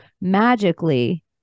magically